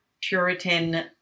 Puritan